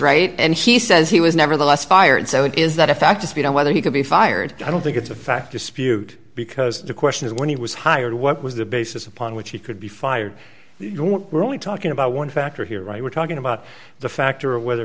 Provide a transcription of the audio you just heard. right and he says he was nevertheless fired so is that a fact is you know whether he could be fired i don't think it's a fact dispute because the question is when he was hired what was the basis upon which he could be fired we're only talking about one factor here right we're talking about the factor of whether